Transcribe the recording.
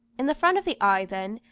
in the front of the eye then,